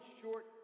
short